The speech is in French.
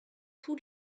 tous